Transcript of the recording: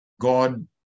God